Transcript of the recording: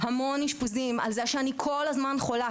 המון אשפוזים כי אני כל הזמן חולה.